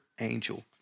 angel